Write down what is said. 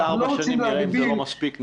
גם בעוד ארבע שנים נראה אם זה לא מספיק ונפעל.